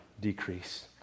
decrease